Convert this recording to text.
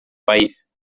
país